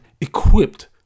equipped